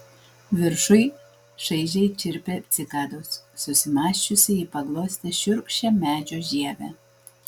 viršuj šaižiai čirpė cikados susimąsčiusi ji paglostė šiurkščią medžio žievę